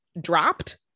dropped